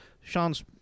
Sean's